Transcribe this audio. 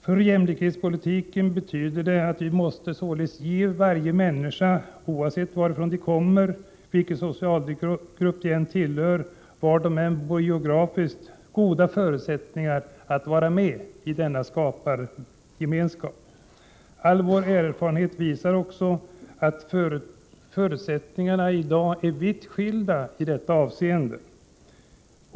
En jämlikhetspolitik betyder att vi måste ge varje människa, oavsett varifrån hon kommer, vilken socialgrupp hon tillhör eller var hon är bosatt geografiskt, goda förutsättningar att vara med i skapargemenskapen. All vår erfarenhet visar också att förutsättningarna i dag är vitt skilda i detta avseende.